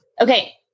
Okay